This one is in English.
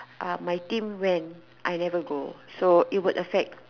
my team went I never go so it would affect